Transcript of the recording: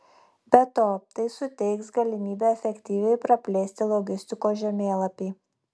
be to tai suteiks galimybę efektyviai praplėsti logistikos žemėlapį